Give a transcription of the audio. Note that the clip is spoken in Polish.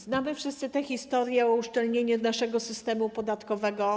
Znamy wszyscy historie o uszczelnianiu naszego systemu podatkowego.